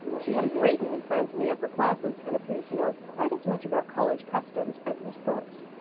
she had a great many friends in the upper classes and appeared to know quite as much about college customs as miss brooks.